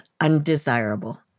undesirable